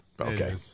okay